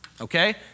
Okay